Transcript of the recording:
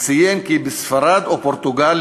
וציין כי בספרד או פורטוגל,